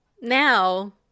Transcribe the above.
now